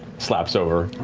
slaps over.